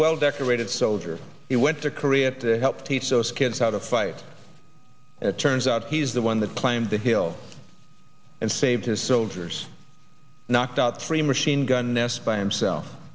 well decorated soldier he went to korea to help teach those kids how to fight and it turns out he's the one that claimed the hill and saved his soldiers knocked out three machine gun nest by himself